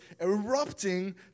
erupting